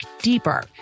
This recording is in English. deeper